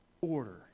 order